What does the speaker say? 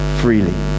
freely